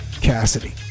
Cassidy